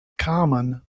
common